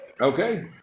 Okay